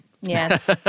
Yes